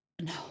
No